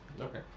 Okay